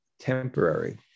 temporary